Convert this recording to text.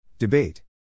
Debate